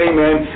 Amen